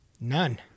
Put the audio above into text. None